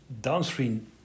downstream